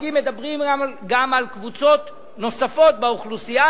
החוקים מדברים גם על קבוצות נוספות באוכלוסייה.